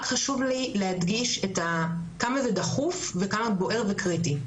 רק חשוב לי להדגיש כמה זה דחוף וכמה בוער וקריטי.